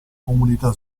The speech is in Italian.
comunità